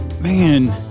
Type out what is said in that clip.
man